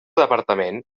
departament